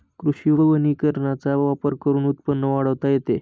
कृषी वनीकरणाचा वापर करून उत्पन्न वाढवता येते